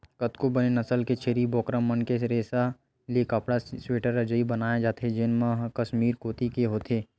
कतको बने नसल के छेरी बोकरा मन के रेसा ले कपड़ा, स्वेटर, रजई बनाए जाथे जेन मन ह कस्मीर कोती के होथे